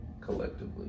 collectively